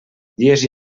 dies